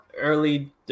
early